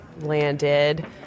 landed